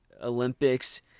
Olympics